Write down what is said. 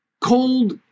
cold